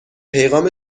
پیغام